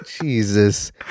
jesus